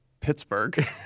Pittsburgh